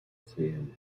seen